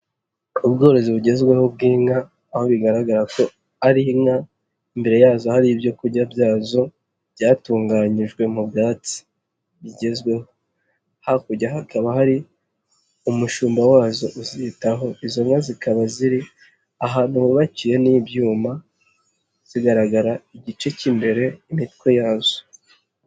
Ubworozi bugezweho bw'inka aho bigaragara ko ari inka imbere yazo hari ibyo kurya byazo byatunganyijwe mu bwatsi bugezweho, hakurya hakaba hari umushumba wazo uzitaho, izo nka zikaba ziri ahantu hubakiye n'ibyuma zigaragara igice k'imbere ku mitwe yazo.